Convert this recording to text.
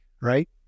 right